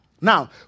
Now